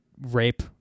rape